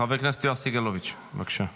חבר הכנסת יואב סגלוביץ', בבקשה.